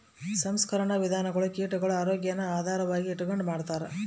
ಸಂಸ್ಕರಣಾ ವಿಧಾನಗುಳು ಕೀಟಗುಳ ಆರೋಗ್ಯಾನ ಆಧಾರವಾಗಿ ಇಟಗಂಡು ಮಾಡ್ತಾರ